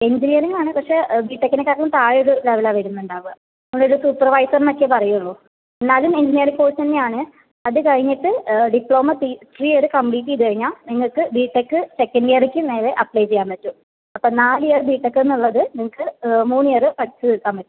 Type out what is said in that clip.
engineering ആണ് പക്ഷെ ബിടെക്കിനെക്കാട്ടിലും താഴെയൊരു ലെവലാ വരുന്നുണ്ടാവുക നമ്മളൊരു സൂപ്പർവൈസർന്നൊക്കെയേ പറയുകയുള്ളൂ എന്നാലും എഞ്ചിനീയറിംഗ് പോലെത്തന്നെ യാണ് അതുകഴിഞ്ഞിട്ട് ഡിപ്ലോമ ത്രീ ഇയർ കമ്പ്ലീറ്റ് ചെയ്തുകഴിഞ്ഞാൽ നിങ്ങൾക്ക് ബി ടെക്ക് സെക്കൻഡ് ഇയറിലേക്ക് നേരെ അപ്ലൈ ചെയ്യാൻ പറ്റും അപ്പോൾ നാല് ഇയർ ബി ടെക്ക് എന്നുള്ളത് നിങ്ങൾക്ക് മൂന്നു ഇയറില് പഠിച്ചു തീർക്കാൻ പറ്റും